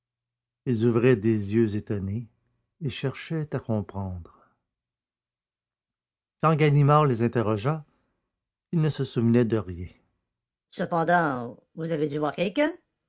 ils ouvraient des yeux étonnés ils cherchaient à comprendre quand ganimard les interrogea ils ne se souvenaient de rien cependant vous avez dû voir